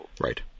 Right